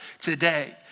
today